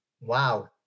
Wow